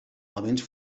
elements